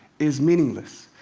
is meaningless,